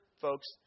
folks